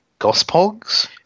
Gospogs